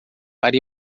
para